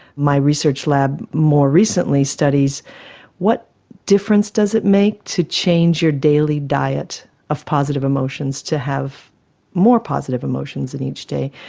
my research lab more recently studies what difference does it make to change your daily diet of positive emotions to have more positive emotions in each day.